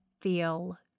feel